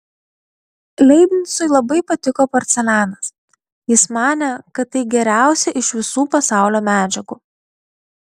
leibnicui labai patiko porcelianas jis manė kad tai geriausia iš visų pasaulio medžiagų